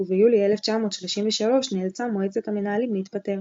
וביולי 1933 נאלצה מועצת המנהלים להתפטר.